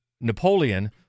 Napoleon